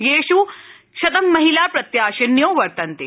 येष् शतं महिला प्रत्याशिन्यो वर्तन्ते